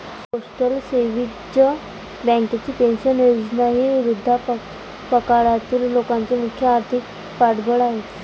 postal savings बँकेची pension योजना ही वृद्धापकाळातील लोकांचे मुख्य आर्थिक पाठबळ आहे